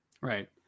Right